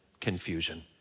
confusion